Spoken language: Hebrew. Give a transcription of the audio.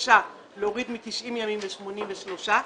בבקשה להוריד מ-90 ימים ל-83 ימים.